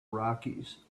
rockies